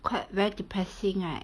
quite very depressing right